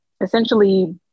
essentially